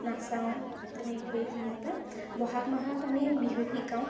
নচাওঁ তেনেকৈ যেনিবা ব'হাগ মাহত আমি বিহু শিকাওঁ